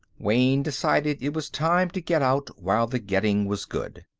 wayne decided it was time to get out while the getting was good.